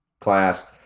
class